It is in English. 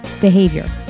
behavior